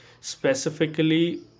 specifically